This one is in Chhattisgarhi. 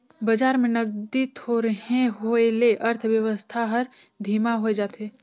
बजार में नगदी थोरहें होए ले अर्थबेवस्था हर धीमा होए जाथे